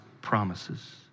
promises